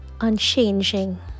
unchanging